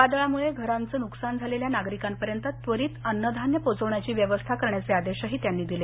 वादळामुळं घरांचे नुकसान झालेल्या नागरिकांपर्यंत त्वरित अन्नधान्य पोहोचविण्याची व्यवस्था करण्याचे आदेशही त्यांनी दिले